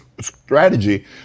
strategy